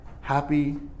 happy